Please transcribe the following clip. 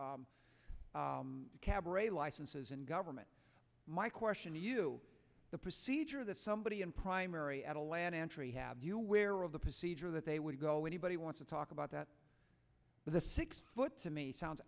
cabaret licenses and government my question to you the procedure that somebody in primary atalanta entry have you wear or of the procedure that they would go anybody want to talk about that with a six foot to me sounds